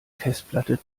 festplatte